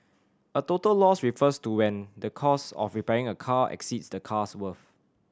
a total loss refers to when the cost of repairing a car exceeds the car's worth